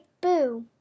Boo